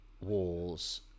walls